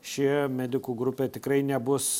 ši medikų grupė tikrai nebus